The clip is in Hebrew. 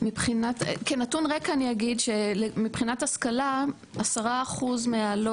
כנתון רקע אני אגיד שמבחינת השכלה 10% מהלא